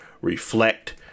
reflect